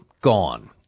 Gone